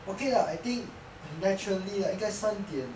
okay lah I think naturally lah 应该三点